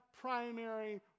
primary